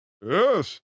Yes